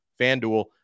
FanDuel